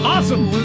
Awesome